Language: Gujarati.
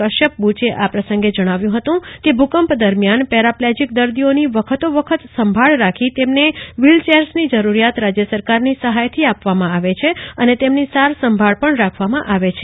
કશ્યપ બુચે આ પ્રસંગે જણાવ્યુ હતું કે ભૂકંપ દરમિયાન પેરાપ્લેજીક દર્દીઓની વખતોવખત સંભાળ રાખી તેમને વ્હીલચેર્સની જરૂરીયાત રાજ્યસરકારની સહાયથી આપવામાં આવે છે અને તેમની સાર સંભાળ પણ રાખવામાં આવે છે